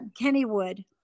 Kennywood